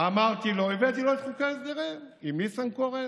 אמרתי לו: הבאתי לו את חוקי ההסדרים עם ניסנקורן,